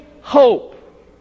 hope